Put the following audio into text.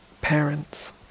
parents